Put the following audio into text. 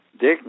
Dick